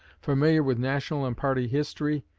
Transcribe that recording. familiar with national and party history,